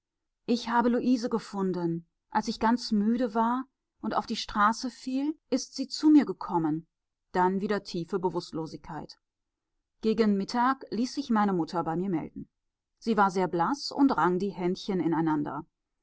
ich habe luise gefunden als ich ganz müde war und auf die straße fiel ist sie zu mir gekommen dann wieder tiefe bewußtlosigkeit gegen mittag ließ sich meine mutter bei mir melden sie war sehr blaß und rang die händchen ineinander